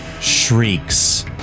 shrieks